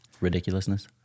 Ridiculousness